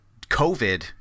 COVID